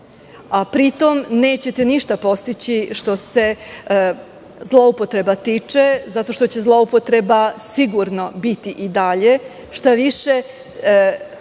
a pri tom nećete ništa postići što se zloupotreba tiče, zato što će zloupotreba sigurno biti i dalje. Štaviše,